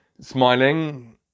smiling